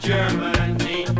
Germany